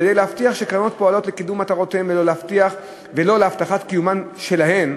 כדי להבטיח שהקרנות פועלות לקידום מטרותיהן ולא להבטחת קיומן שלהן,